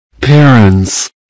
parents